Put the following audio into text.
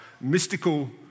mystical